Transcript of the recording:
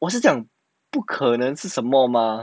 我是这样不可能是什么 mah